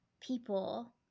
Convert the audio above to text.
people